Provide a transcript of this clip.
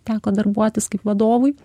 teko darbuotis kaip vadovui